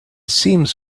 seems